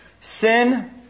Sin